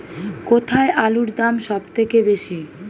কোথায় আলুর দাম সবথেকে বেশি?